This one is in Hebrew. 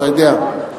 אתה יודע.